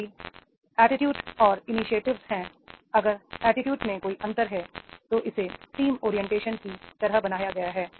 यदि एटीट्यूड और इनीशिएटिव है अगर एटीट्यूड में कोई अंतर है तो इसे टीम ओरियंटेशन की तरह बनाया गया है